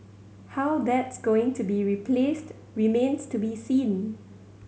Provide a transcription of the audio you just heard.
how that's going to be replaced remains to be seen